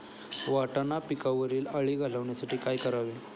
वाटाणा पिकावरील अळी घालवण्यासाठी काय करावे?